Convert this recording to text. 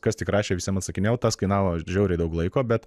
kas tik rašė visiem atsakinėjau tas kainavo žiauriai daug laiko bet